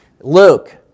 Luke